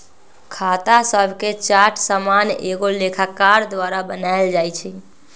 खता शभके चार्ट सामान्य एगो लेखाकार द्वारा बनायल जाइ छइ